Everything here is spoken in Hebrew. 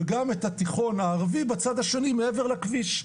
וגם את התיכון הערבי בצד השני מעבר לכביש,